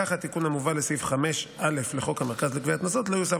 כך: התיקון המובא לסעיף 5(א) לחוק המרכז לגביית קנסות לא יוסב